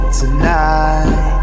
tonight